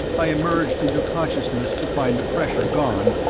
i emerged into consciousness to find the pressure gone,